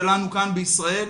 שלנו כאן בישראל.